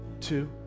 two